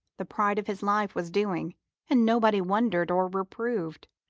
the pride of his life, was doing and nobody wondered or reproved.